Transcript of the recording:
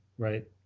Right